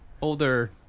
Older